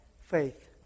faith